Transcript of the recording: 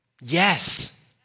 Yes